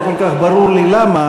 לא כל כך ברור לי למה.